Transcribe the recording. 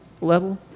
level